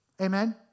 Amen